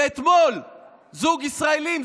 ואתמול זוג ישראלים,